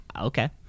Okay